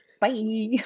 Bye